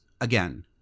Again